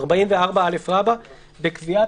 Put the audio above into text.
"הוראות לעניין מחלים" 44א. "בקביעת